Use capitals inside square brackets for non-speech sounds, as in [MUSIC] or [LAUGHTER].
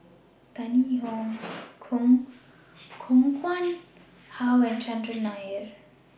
Tan Yee [NOISE] Hong Koh Nguang How and Chandran Nair